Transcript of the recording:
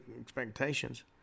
expectations